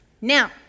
Now